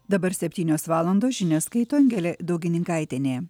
dabar septynios valandos žinias skaito angelė daugininkaitienė